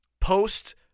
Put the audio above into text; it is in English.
post